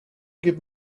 give